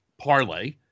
Parlay